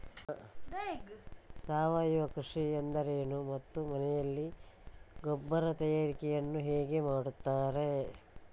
ಸಾವಯವ ಕೃಷಿ ಎಂದರೇನು ಮತ್ತು ಮನೆಯಲ್ಲಿ ಗೊಬ್ಬರ ತಯಾರಿಕೆ ಯನ್ನು ಹೇಗೆ ಮಾಡುತ್ತಾರೆ?